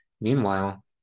meanwhile